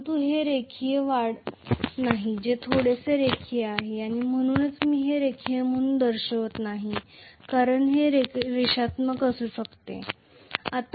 परंतु हे रेखीय वाढ नाही जे थोडेसे रेखीय आहे आणि म्हणूनच मी हे रेखीय म्हणून दर्शवित नाही कारण ते रेषात्मक असू शकते